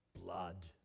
blood